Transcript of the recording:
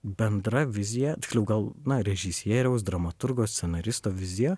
bendra vizija tiksliau gal na režisieriaus dramaturgo scenaristo vizija